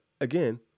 again